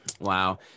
Wow